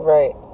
Right